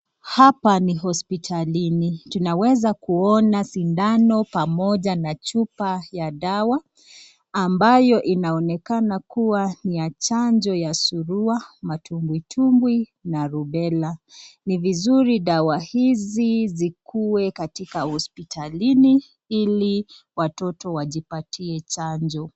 Hapa ni hospitalini tunaweza kuona sindano pamoja na chupa ya dawa ambayo inaonekana kuwa ni ya chanjo ya surua, matumbwitumbwi na rubela. Ni vizuri dawa hizi zikuwe katika hospitalini ili watoto wajipatie chanjo.